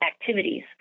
activities